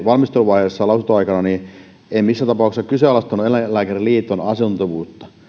valmisteluvaiheessa lausunnonantoaikana olleiden osalta että en missään tapauksessa kyseenalaistanut eläinlääkäriliiton asiantuntevuutta